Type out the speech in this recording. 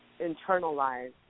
internalized